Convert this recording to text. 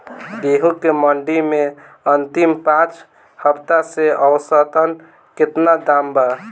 गेंहू के मंडी मे अंतिम पाँच हफ्ता से औसतन केतना दाम बा?